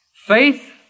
Faith